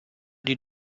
die